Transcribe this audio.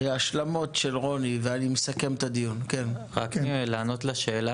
אני רק רוצה לענות לשאלה